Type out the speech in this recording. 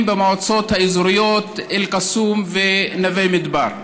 במועצות האזוריות אל-קסום ונווה מדבר.